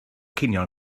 cinio